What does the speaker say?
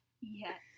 Yes